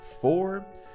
four